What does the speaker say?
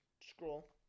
scroll